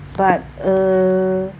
but err